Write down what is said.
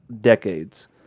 decades